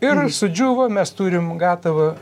ir sudžiuvo mes turim gatavą